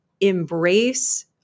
embrace